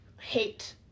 hate